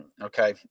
okay